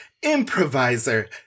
improviser